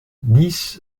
dix